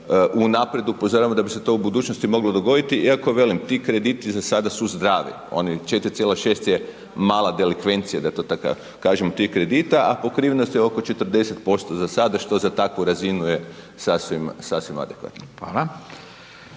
unaprijed upozoravamo da bi se to u budućnosti moglo dogoditi, iako velim, ti krediti za sada su zdravi. Onih 4,6 je mala delikvencija da tako to kažem tih kredita, a pokrivenost je oko 40% za sada, što za takvu razinu je sasvim, sasvim adekvatno.